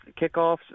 kickoffs